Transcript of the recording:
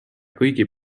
kõigi